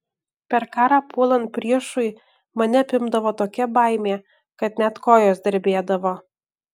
per karą puolant priešui mane apimdavo tokia baimė kad net kojos drebėdavo